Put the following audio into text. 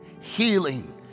Healing